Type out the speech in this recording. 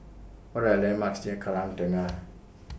What Are The landmarks near Kallang Tengah